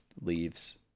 leaves